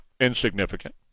insignificant